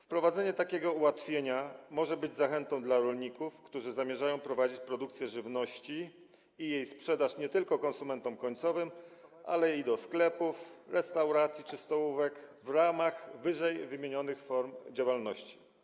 Wprowadzenie takiego ułatwienia może być zachętą dla rolników, którzy zamierzają prowadzić produkcję żywności i jej sprzedaż nie tylko konsumentom końcowym, ale i do sklepów, restauracji czy stołówek w ramach ww. form działalności.